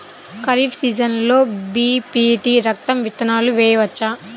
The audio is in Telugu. ఖరీఫ్ సీజన్లో బి.పీ.టీ రకం విత్తనాలు వేయవచ్చా?